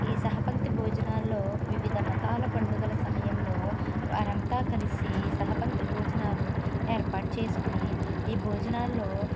ఈ సహపంక్తి భోజనాలలో వివిధ మతాల పండుగల సమయంలో వారు అంతా కలిసి సహపంక్తి భోజనాలు ఏర్పాటు చేసుకుని ఈ భోజనాల్లో